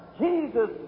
Jesus